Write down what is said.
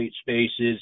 spaces